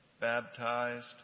baptized